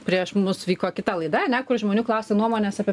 prieš mus vyko kita laida ane kur žmonių klausė nuomonės apie